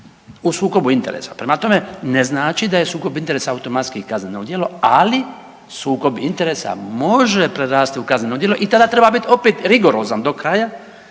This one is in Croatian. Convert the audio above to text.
u sukobu interesa. Prema tome, ne znači da je sukob interesa automatski kazneno djelo, ali sukob interesa može prerasti u kazneno djelo i tada treba biti opet rigorozan do kraja